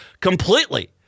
completely